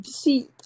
see